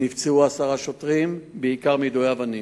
ונפצעו עשרה שוטרים, בעיקר מיידוי אבנים.